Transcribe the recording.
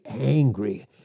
angry